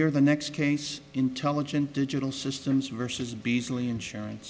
or the next case intelligent digital systems versus beasley insurance